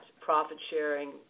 profit-sharing